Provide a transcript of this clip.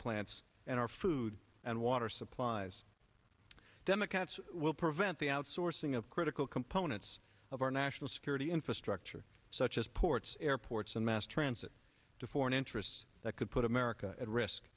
plants and our food and water supplies democrats will prevent the outsourcing of critical components of our national security infrastructure such as ports airports and mass transit to foreign interests that could put america at risk